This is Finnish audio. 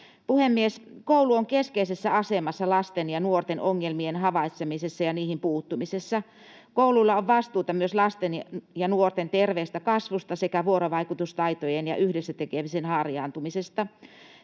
Puhemies! Koulu on keskeisessä asemassa lasten ja nuorten ongelmien havaitsemisessa ja niihin puuttumisessa. Kouluilla on vastuuta myös lasten ja nuorten terveestä kasvusta sekä vuorovaikutustaitojen ja yhdessä tekemisen harjaantumisesta.